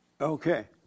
Okay